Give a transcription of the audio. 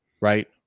right